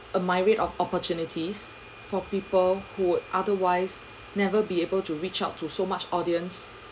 a myriad of opportunities for people who would otherwise never be able to reach out to so much audience